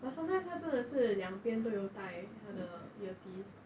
but sometimes 她真的是两边都有戴她的 earpiece